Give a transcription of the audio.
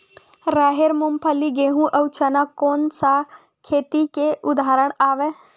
राहेर, मूंगफली, गेहूं, अउ चना कोन सा खेती के उदाहरण आवे?